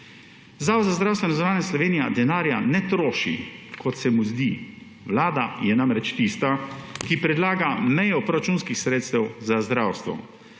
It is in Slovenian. Zavod za zdravstveno zavarovanje Slovenije denarja ne troši, kot se mu zdi. Vlada je namreč tista, ki predlaga mejo proračunskih sredstev za zdravstvo.